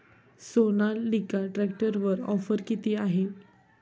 सोनालिका ट्रॅक्टरवर ऑफर किती आहे?